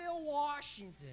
Washington